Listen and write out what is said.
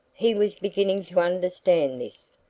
he was beginning to understand this,